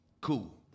cool